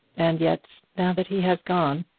and yet, now that he has gone,